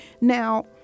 Now